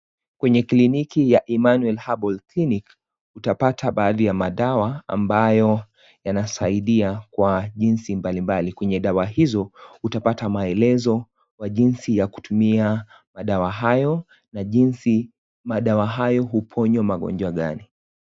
Kwenye kliniki ya Emmanuel Herbal Clinic upata baadhi madawa ambayo yanasaidia kwa jinsi mbalimbali , kwenye dawa hizo utapata maelezo kwa jinsi ya kutumia madawa hayo na jinsi madawa hayo huponywa magonjwa gani.